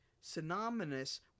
synonymous